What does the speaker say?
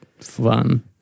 fun